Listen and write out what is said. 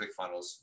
ClickFunnels